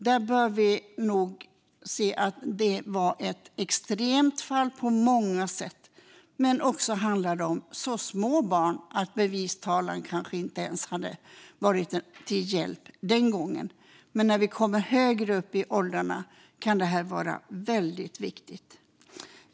Vi bör nog se att det var ett extremt fall på många sätt men också att det handlade om så små barn att bevistalan kanske inte ens hade varit till hjälp den gången. När barnen kommer högre upp i åldrarna kan dock detta vara väldigt viktigt.